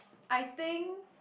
I think